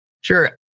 Sure